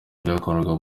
byakorwaga